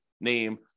name